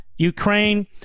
Ukraine